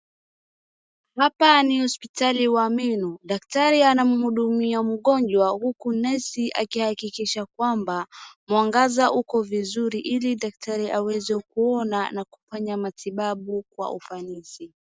Hapa ni hospitali wa meno. Daktari anamhudumia mgonjwa uku nesi akihakikisha kwamba mwangaza uko vizuri ili daktari aweze kuona na kufanya matibabu kwa ufanisi.